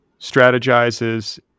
strategizes